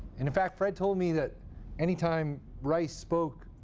in fact, fred told me that anytime rice spoke,